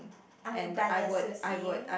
I'm brother Susie